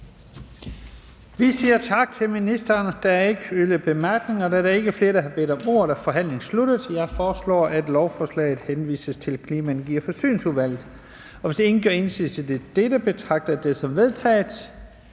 Vi siger tak til ministeren. Der er ikke yderligere bemærkninger. Da der ikke er flere, der har bedt om ordet, er forhandlingen sluttet. Jeg foreslår, at lovforslaget henvises til Klima-, Energi- og Forsyningsudvalget. Hvis ingen gør indsigelse mod dette, betragter jeg det som vedtaget.